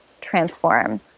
transform